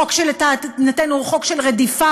חוק שלדעתנו הוא חוק של רדיפה.